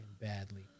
badly